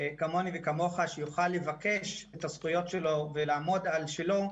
כמוני וכמוך שיוכל לבקש את הזכויות ולעמוד על שלו,